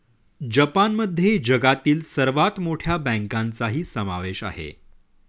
जपानमध्ये जगातील सर्वात मोठ्या बँकांचाही समावेश आहे